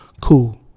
cool